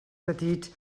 petits